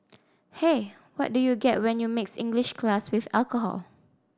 hey what do you get when you mix English class with alcohol